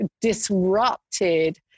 disrupted